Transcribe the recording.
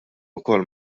ukoll